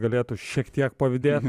galėtų šiek tiek pavydėt